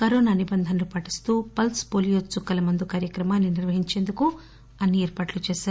Covid నిబంధనలను పాటిస్తూ pulse polio చుక్కల మందు కార్యక్రమాన్ని నిర్వహించడానికి అన్ని ఏర్పాట్లు చేశారు